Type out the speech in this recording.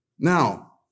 Now